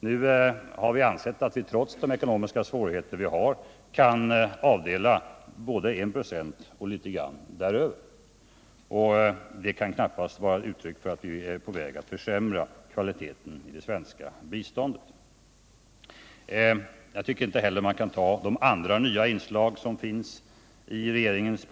Nu har vi ansett att vi, trots våra ekonomiska svårigheter, kan avdela både 1 96 och litet därutöver. Det kan knappast vara ett uttryck för att vi är på väg att försämra kvaliteten på det svenska biståndet. Inte heller de nya inslagen i regeringens politik kan sägas vara uttryck för att vi håller på att försämra kvaliteten på det svenska biståndet.